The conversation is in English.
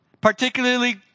particularly